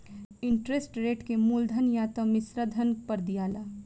interest rate के मूलधन या त मिश्रधन पर दियाला